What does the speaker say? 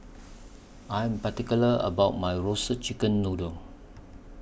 I Am particular about My Roasted Chicken Noodle